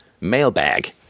mailbag